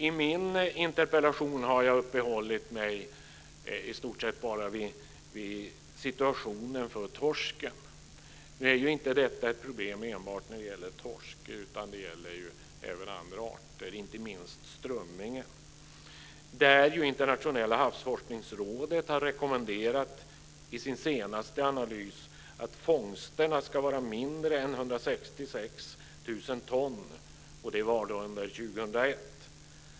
I min interpellation har jag i stort sett bara uppehållit mig vid situationen för torsken. Nu är ju inte detta ett problem enbart när det gäller torsk, utan det gäller även andra arter, inte minst strömmingen. Där rekommenderade Internationella havsforskningsrådet i sin senaste analys att fångsterna skulle vara mindre än 166 000 ton år 2001.